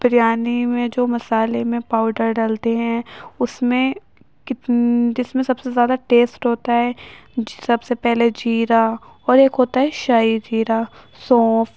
بریانی میں جو مصالحے میں پاؤڈر ڈلتے ہیں اس میں جس میں سب سے زیادہ ٹیسٹ ہوتا ہے جو سب سے پہلے زیرہ اور ایک ہوتا ہے شاہی زیرہ سونف